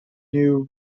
new